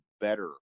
better